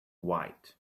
white